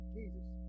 Jesus